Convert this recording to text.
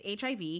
hiv